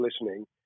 listening